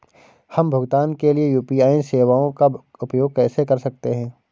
हम भुगतान के लिए यू.पी.आई सेवाओं का उपयोग कैसे कर सकते हैं?